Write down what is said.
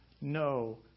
No